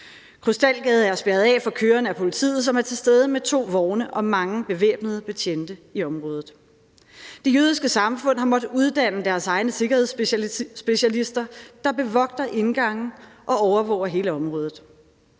Krystalgade er spærret af for kørende af politiet, som er til stede med to vogne og mange bevæbnede betjente i området. Det Jødiske Samfund har måttet uddanne deres egne sikkerhedsspecialister, der bevogter indgange og overvåger hele området.